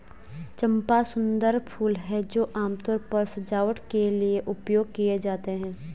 चंपा सुंदर फूल हैं जो आमतौर पर सजावट के लिए उपयोग किए जाते हैं